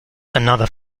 another